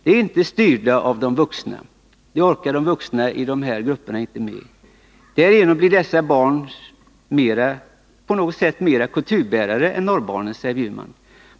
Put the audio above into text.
De är inte styrda av de vuxna — en sådan styrning orkar de vuxna i dessa kategorier inte med. Därigenom blir deras barn på något sätt mera kulturbärare än norrbarnen, säger Bjurman.